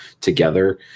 together